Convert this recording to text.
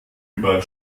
über